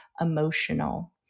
emotional